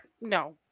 No